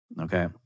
Okay